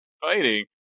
fighting